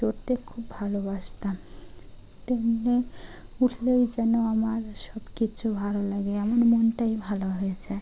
চড়তে খুব ভালোবাসতাম ট্রেনে উঠলেই যেন আমার সব কিছু ভালো লাগে আমমার মনটাই ভালো হয়েছে